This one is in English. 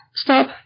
Stop